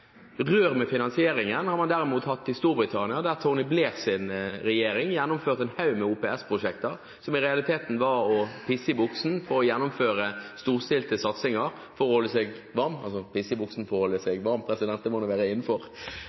Rør med finansieringen har man derimot hatt i Storbritannia, der Tony Blairs regjering gjennomførte en haug med OPS-prosjekter, som i realiteten var som å tisse i buksen, for å gjennomføre storstilte satsinger – «tisse i buksen» for å holde seg varm, president, det må da være